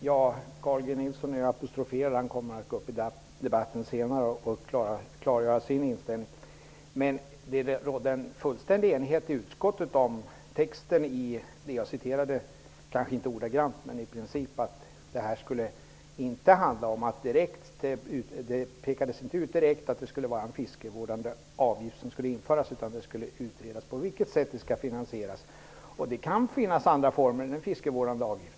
Herr talman! Carl G Nilsson är apostroferad. Han kommer att gå upp i debatten senare och klargöra sin inställning. Utskottet pekade inte ut att det skulle vara fråga om just en fiskevårdsavgift, utan man sade att det skulle utredas på vilket sätt detta skall finansieras. Utskottet var fullständig enigt om detta. Det kan finnas andra former än en fiskevårdsavgift.